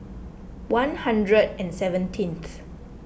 one hundred and seventeenth